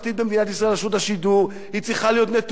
רשות השידור צריכה להיות נטולת פניות,